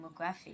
demographic